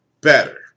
better